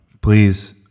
please